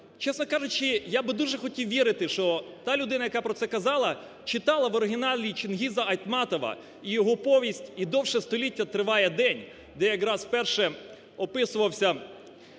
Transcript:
Чесно кажучи, я би дуже хотів вірити, що та людина, яка про це казала, читала в оригіналі Чингіза Айтматова і його повість "І довше століття триває день", де якраз вперше описувався